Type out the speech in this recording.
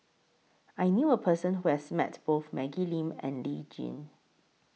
I knew A Person Who has Met Both Maggie Lim and Lee Tjin